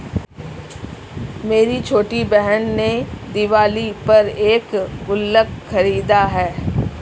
मेरी छोटी बहन ने दिवाली पर एक गुल्लक खरीदा है